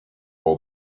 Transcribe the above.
all